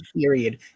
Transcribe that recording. period